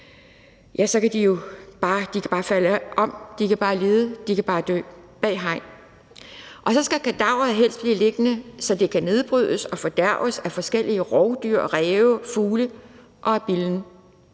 og så kan de jo bare falde om, de kan bare lide, og de kan bare dø bag et hegn. Og så skal kadaveret helst blive liggende, så det kan nedbrydes og fortæres af forskellige rovdyr, ræve og fugle – og af billen.